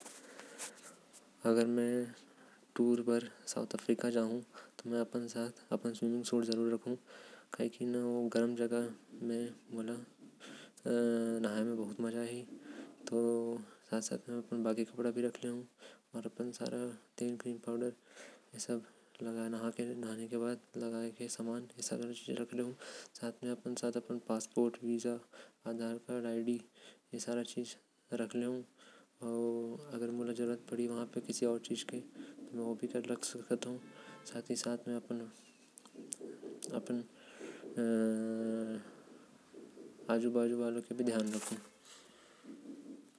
अगर में घूमे बार दक्षिण अफ्रीका जाहु तो में अपन संग नहाये। के कपड़ा सूट रखु काहे बर वहा के गर्मी में नहाये के मज़ा में जरूर लेहु। ओकर संग कुछ खाये बर अउ कुछ जरूरी दस्तावेज़ रखु जैसे कि पासपोर्ट वीसा अउ मोर आधार कार्ड। संगे अपन वॉलेट अउ कपड़ा रखे से मोर काम हो जाहि।